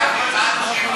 מה 30%?